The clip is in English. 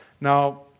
Now